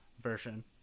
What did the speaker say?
version